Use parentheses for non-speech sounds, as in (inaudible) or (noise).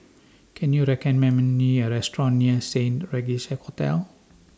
(noise) Can YOU recommend Me A Restaurant near Saint Regis Hotel